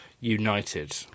United